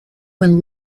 when